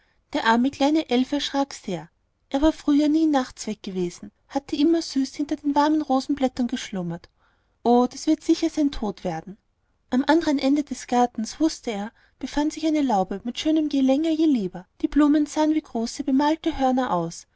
der arme kleine elf erschrak sehr er war früher nie nachts weggewesen hatte immer süß hinter den warmen rosenblättern geschlummert o das wird sicher sein tod werden am andern ende des gartens wußte er befand sich eine laube mit schönem jelängerjelieber die blumen sahen wie große bemalte hörner aus